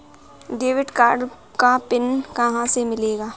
Debit card का पिन कहां से मिलेगा?